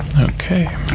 okay